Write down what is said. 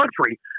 country